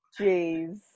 Jeez